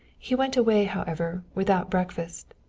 he went away, however, without breakfast.